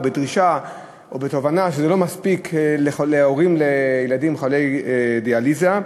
בדרישה או בתובנה שזה לא מספיק להורים לילדים חולי דיאליזה.